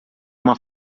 uma